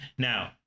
Now